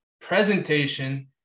presentation